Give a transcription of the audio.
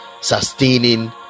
sustaining